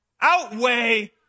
outweigh